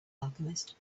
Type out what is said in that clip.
alchemist